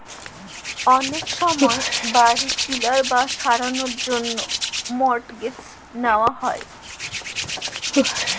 অলেক সময় বাড়ি কিলার বা সারালর জ্যনহে মর্টগেজ লিয়া হ্যয়